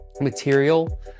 material